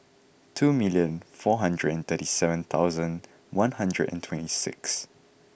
two million four hundred and thirty seven thousand one hundred and twenty six